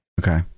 Okay